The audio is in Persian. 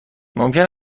ممکن